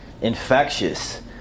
infectious